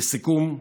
לסיכום,